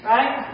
Right